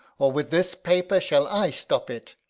or with this paper shall i stop it.